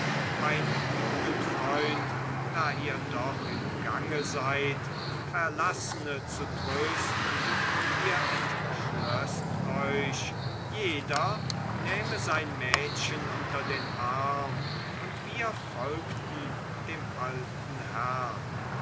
mein jugendfreund da ihr doch im gange seid verlassene zu trösten ihr entschlößt euch jeder nähme sein mädchen unter den arm und wir folgten dem alten herrn